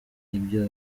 ibyo